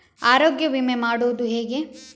ಆರೋಗ್ಯ ವಿಮೆ ಮಾಡುವುದು ಹೇಗೆ?